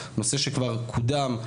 נושא שכבר קודם,